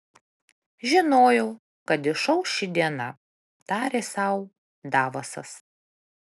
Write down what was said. žinojau kad išauš ši diena tarė sau davosas